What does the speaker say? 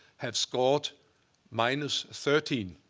have scored minus thirteen,